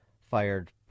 fired